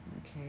Okay